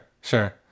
sure